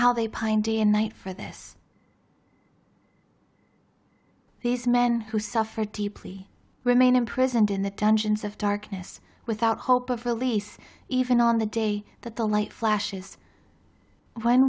and night for this these men who suffer deeply remain imprisoned in the dungeons of darkness without hope of release even on the day that the light flashes when